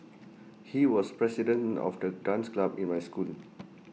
he was president of the dance club in my school